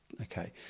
Okay